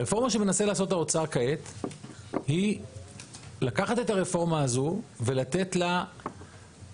הרפורמה שמנסה לעשות האוצר כעת היא לקחת את הרפורמה הזו ולתת לה ספיד.